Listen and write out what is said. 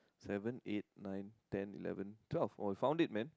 seven eight nine ten eleven twelve oh found it man